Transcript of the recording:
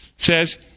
says